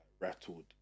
rattled